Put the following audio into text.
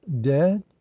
dead